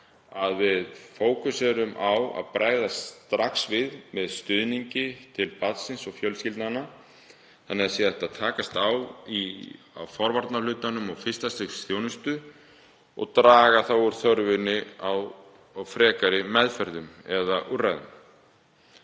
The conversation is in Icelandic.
að við fókuserum á að bregðast strax við með stuðningi til barna og fjölskyldna þannig að hægt sé að takast á í forvarnahlutanum með fyrsta stigs þjónustu og draga þá úr þörf á frekari meðferð eða úrræðum.